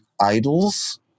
idols